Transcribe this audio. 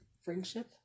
friendship